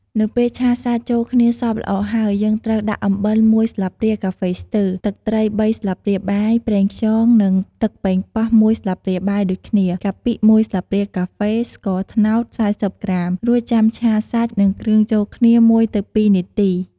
នៅពេលឆាសាច់ចូលគ្នាសព្វល្អហើយ យើងត្រូវដាក់អំបិល១ស្លាបព្រាកាហ្វេស្ទើ ទឹកត្រីបីស្លាបព្រាបាយ ប្រេងខ្យង និង ទឹកប៉េងប៉ោះ ១ស្លាបព្រាបាយ ដូចគ្នា កាពិ ១ស្លាបព្រាកាហ្វេ ស្ករត្នោត ៤០ក្រាម រួចចាំឆាសាច់ និងគ្រឿងចូលគ្នា ១ទៅ ២នាទី។